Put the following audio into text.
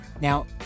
Now